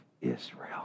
Israel